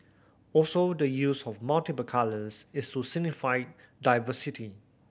also the use of multiple colours is to signify diversity